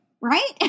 right